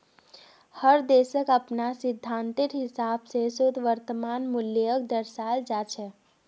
हर देशक अपनार सिद्धान्तेर हिसाब स शुद्ध वर्तमान मूल्यक दर्शाल जा छेक